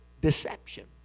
deception